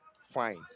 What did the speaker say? fine